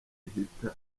ihita